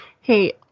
hey